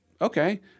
okay